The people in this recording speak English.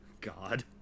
God